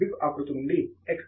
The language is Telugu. బిబ్ ఆకృతి నుండి ఎక్స్